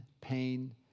pain